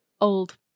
old